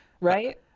right